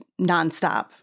nonstop